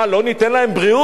לא ניתן להם בריאות?